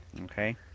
Okay